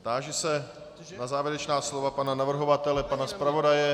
Táži se na závěrečná slova pana navrhovatele, pana zpravodaje.